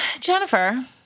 Jennifer